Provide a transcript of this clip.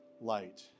light